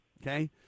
Okay